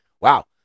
Wow